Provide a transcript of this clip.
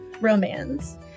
romance